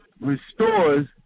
restores